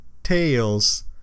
Tails